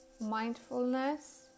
mindfulness